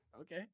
Okay